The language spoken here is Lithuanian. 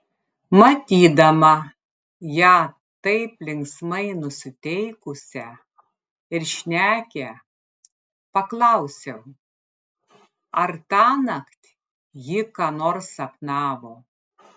matydama ją taip linksmai nusiteikusią ir šnekią paklausiau ar tąnakt ji ką nors sapnavo